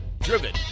driven